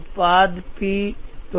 उत्पाद पी